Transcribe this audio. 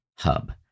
Hub